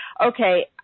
okay